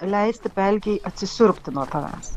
leisti pelkei atsisiurbti nuo tavęs